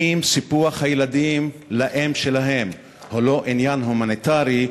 אם איחוד הילדים עם האם שלהם הוא לא עניין הומניטרי,